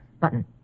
button